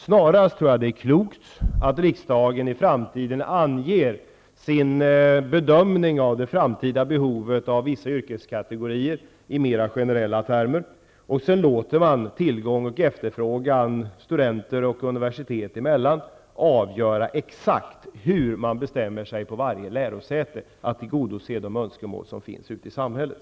Det är snarare klokt att riksdagen i framtiden anger sin bedömning av det framtida behovet av vissa yrkeskategorier i mer generella termer och låter tillgång och efterfrågan studenter och universitet emellan avgöra exakt hur man bestämmer sig på varje lärosäte för att tillgodose de önskemål som finns ute i samhället.